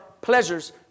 pleasures